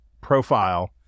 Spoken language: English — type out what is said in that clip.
profile